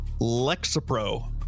Lexapro